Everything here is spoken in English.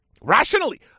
rationally